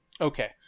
okay